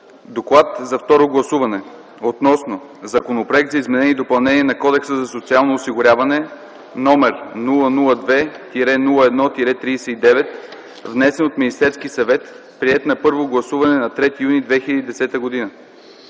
„Доклад за второ гласуване относно Законопроект за изменение и допълнение на Кодекса за социално осигуряване, № 002-01-39, внесен от Министерски съвет, приет на първо гласуване на 3 юни 2010 г.